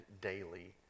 daily